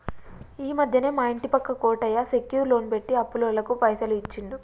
ఈ మధ్యనే మా ఇంటి పక్క కోటయ్య సెక్యూర్ లోన్ పెట్టి అప్పులోళ్లకు పైసలు ఇచ్చిండు